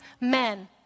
men